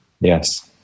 Yes